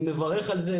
אני מברך על זה.